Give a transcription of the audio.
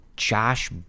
josh